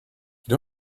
you